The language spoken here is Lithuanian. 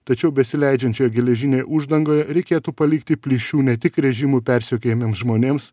tačiau besileidžiančioje geležinėj uždangoje reikėtų palikti plyšių ne tik režimų persekiojamiem žmonėms